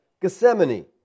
Gethsemane